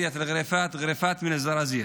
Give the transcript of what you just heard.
--- מזרזיר.